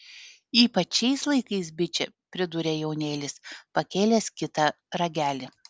ypač šiais laikais biče pridūrė jaunėlis pakėlęs kitą ragelį